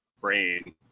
brain